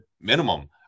minimum